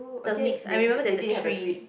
the mix I remember there's a tree